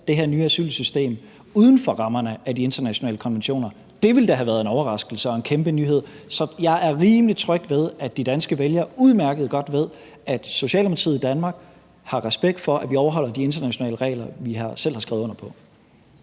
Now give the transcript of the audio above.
det her nye asylsystem uden for rammerne af de internationale konventioner. Det ville da have været en overraskelse og en kæmpe nyhed. Så jeg er rimelig tryg ved, at de danske vælgere udmærket godt ved, at Socialdemokratiet i Danmark har respekt for, at vi overholder de internationale regler, vi selv har skrevet under på.